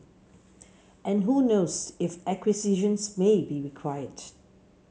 and who knows if acquisitions may be required